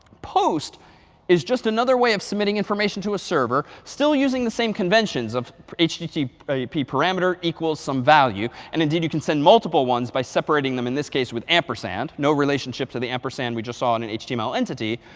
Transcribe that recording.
post is just another way of submitting information to a server, still using the same conventions of http http parameter equals some value. and indeed, you can send multiple ones by separating them in this case with an ampersand. no relationship to the ampersand we just saw in an html entity.